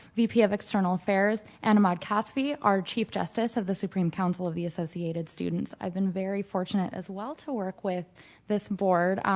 vp of external affairs and ahmad kasfy, our chief justice of the supreme council of the associated students. i've been very fortunate as well to work with this board,